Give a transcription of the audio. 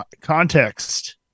context